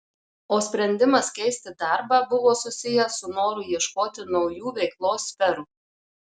o sprendimas keisti darbą buvo susijęs su noru ieškoti naujų veiklos sferų